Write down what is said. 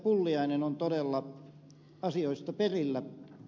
pulliainen on todella asioista perillä